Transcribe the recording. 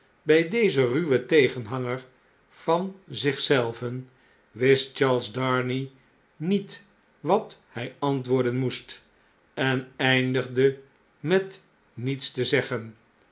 bij dezen ruwen tegenhanger van zich zelven wist charles darnay niet wat hij antwoorden moest en eindigde met niets te zeggen